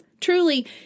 Truly